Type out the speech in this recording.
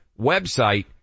website